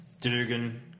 Dugan